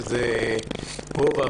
שזה גובה,